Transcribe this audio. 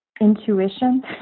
Intuition